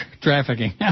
trafficking